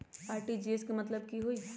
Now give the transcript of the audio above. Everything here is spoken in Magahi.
आर.टी.जी.एस के मतलब कथी होइ?